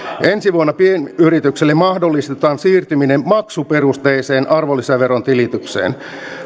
ensi vuonna pienyrityksille mahdollistetaan siirtyminen maksuperusteiseen arvonlisäveron tilitykseen